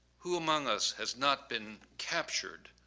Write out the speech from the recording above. who among us has not been captured,